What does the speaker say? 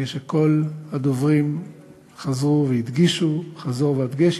כפי שכל הדוברים חזרו והדגישו חזור והדגש,